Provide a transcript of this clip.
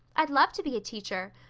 i'd love to be a teacher.